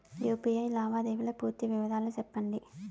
UPI లావాదేవీల పూర్తి వివరాలు సెప్పండి?